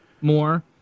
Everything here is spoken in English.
more